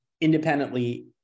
independently